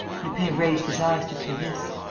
lupin raised his eyes to clarisse.